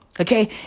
Okay